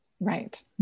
Right